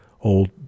old